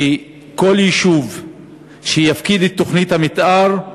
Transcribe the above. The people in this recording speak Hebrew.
שכל יישוב שיפקיד את תוכנית המתאר,